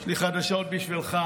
יש לי חדשות בשבילך,